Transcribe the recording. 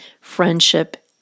Friendship